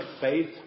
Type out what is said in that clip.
faith